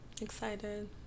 Excited